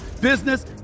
business